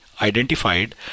identified